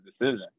decision